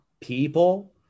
people